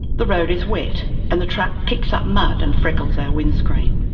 the road is wet and the truck kicks up mud and freckles our windscreen.